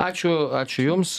ačiū ačiū jums